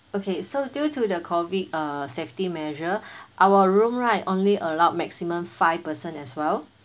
okay so due to the COVID uh safety measure our room right only allowed maximum five person as well